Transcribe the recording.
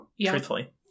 truthfully